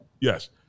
yes